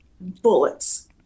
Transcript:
bullets